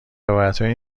روایتهای